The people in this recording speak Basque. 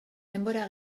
denbora